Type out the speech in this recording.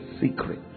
secret